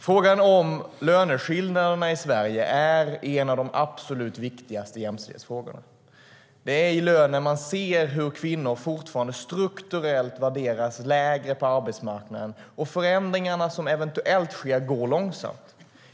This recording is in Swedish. Frågan om löneskillnaderna i Sverige är en av de absolut viktigaste jämställdhetsfrågorna. Det är i lönen man ser hur kvinnor fortfarande strukturellt värderas lägre på arbetsmarknaden. Förändringarna som eventuellt sker går långsamt.